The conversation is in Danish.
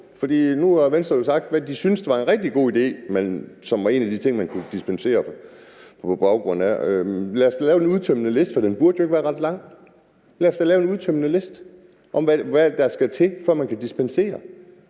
nu har Venstre sagt, hvad de synes var en rigtig god idé, i forhold til en af de ting, man kunne dispensere på baggrund af. Lad os lave en udtømmende liste – og den burde jo ikke være